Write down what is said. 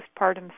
postpartum